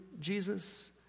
Jesus